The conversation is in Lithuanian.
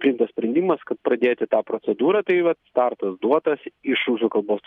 priimtas sprendimas kad pradėti tą procedūrą tai vat startas duotas iš rusų kalbos